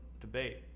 debate